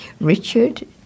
Richard